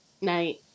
Night